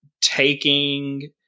taking